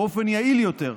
באופן יעיל יותר,